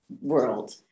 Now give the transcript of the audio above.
world